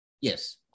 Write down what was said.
yes